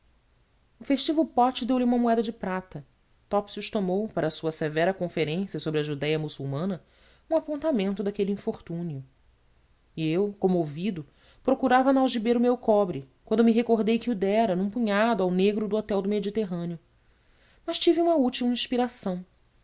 o festivo pote deitou-lhe uma moeda de prata topsius tomou para a sua severa conferência sobre a judéia muçulmana um apontamento daquele infortúnio e eu comovido procurava na algibeira o meu cobre quando me recordei que o dera num punhado ao negro do hotel do mediterrâneo mas tive uma útil inspiração